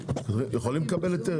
יכולים לקבל היתר?